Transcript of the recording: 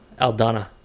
Aldana